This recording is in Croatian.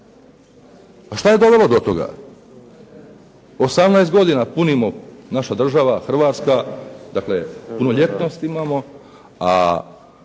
Šta je dovelo do toga? 18 godina punimo, naša država Hrvatska, dakle punoljetnost imamo, a